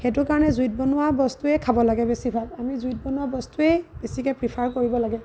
সেইটো কাৰণে জুইত বনোৱা বস্তুৱেই খাব লাগে বেছিভাগ আমি জুইত বনোৱা বস্তুৱেই বেছিকৈ প্ৰিফাৰ কৰিব লাগে